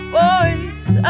voice